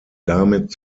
damit